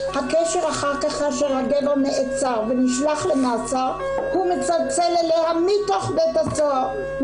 אחרי שהגבר נעצר ונשלח למאסר הוא מצלצל אליה מתוך בית הסוהר,